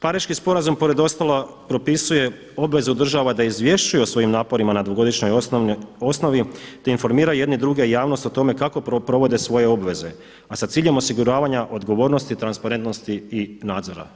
Pariški sporazum pored ostalog propisuje obvezu država da izvješćuju o svojim naporima na dvogodišnjoj osnovi, te informiraju jedni druge i javnost o tome kako provode svoje obveze, a sa ciljem osiguravanja odgovornosti, transparentnosti i nadzora.